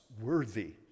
worthy